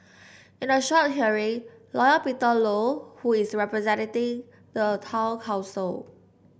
in a short hearing lawyer Peter Low who is representing the town council